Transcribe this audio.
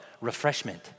refreshment